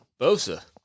Bosa